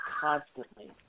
constantly